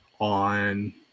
on